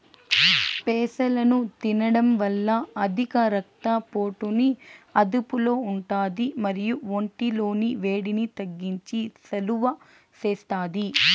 పెసలను తినడం వల్ల అధిక రక్త పోటుని అదుపులో ఉంటాది మరియు ఒంటి లోని వేడిని తగ్గించి సలువ చేస్తాది